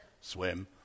swim